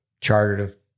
chartered